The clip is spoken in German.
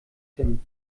tim